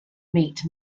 meet